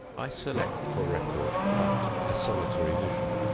i select for record but a solitary vision.